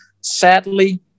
sadly